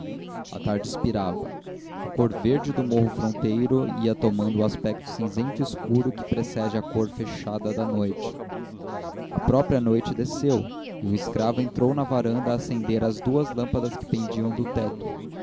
a tarde expirava a cor verde do morro fronteiro ia tomando o aspecto cinzento escuro que precede a cor fechada da noite a própria noite desceu e um escravo entrou na varanda a acender as duas lâmpadas que pendiam do teto